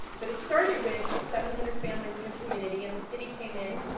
but it started with seven hundred families in the community, and the city came in,